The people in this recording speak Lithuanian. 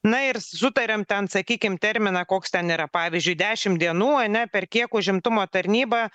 na ir sutariam ten sakykim terminą koks ten yra pavyzdžiui dešim dienų ane per kiek užimtumo tarnyba